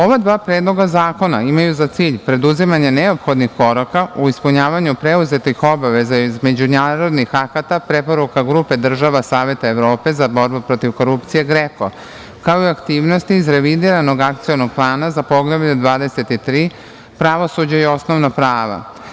Ova dva predloga zakona imaju za cilj preduzimanje neophodnih koraka u ispunjavanju preuzetih obaveza iz međunarodnih akata, preporuka grupe država Saveta Evrope za borbu protiv korupcije GREKO, kao i aktivnosti iz revidiranog akcionog plana za Poglavlje 23 – pravosuđe i osnovna prava.